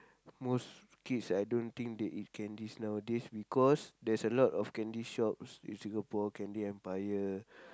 most kids I don't think that they eat candies nowadays because there's a lot of candy shops in Singapore Candy-Empire